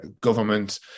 government